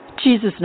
Jesus